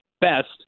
best